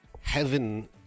heaven